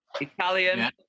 Italian